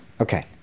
Okay